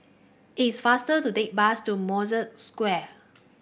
it is faster to take bus to Mosque Square